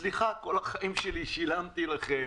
סליחה, כל החיים שלי שילמתי לכם